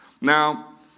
Now